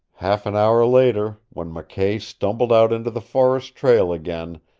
half an hour later, when mckay stumbled out into the forest trail again,